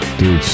Dude